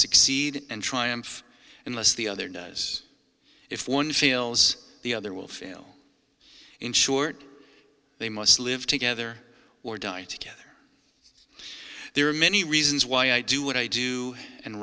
succeed and triumph unless the other does if one fails the other will fail in short they must live together or die together there are many reasons why i do what i do and